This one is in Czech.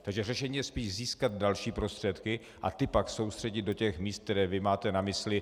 Takže řešením je spíš získat další prostředky a ty pak soustředit do těch míst, která vy máte na mysli.